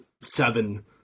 seven